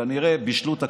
כנראה שבישלו את הקלטת.